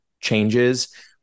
changes